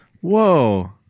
Whoa